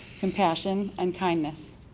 compassion, and kindness,